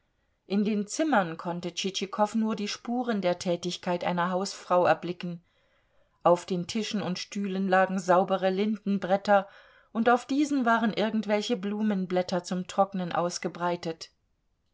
in den zimmern konnte tschitschikow nur die spuren der tätigkeit einer hausfrau erblicken auf den tischen und stühlen lagen saubere lindenbretter und auf diesen waren irgendwelche blumenblätter zum trocknen ausgebreitet